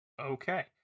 Okay